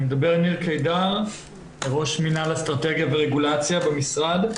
אני ראש מינהל אסטרטגיה ורגולציה במשרד.